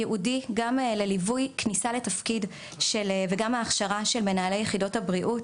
ייעודי גם לליווי כניסה לתפקיד וגם הכשרה של מנהלי יחידות הבריאות,